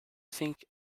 think